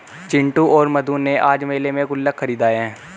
चिंटू और मधु ने आज मेले में गुल्लक खरीदा है